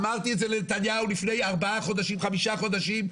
אמרתי את זה לנתניהו לפני חמישה חודשים,